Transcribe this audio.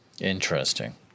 interesting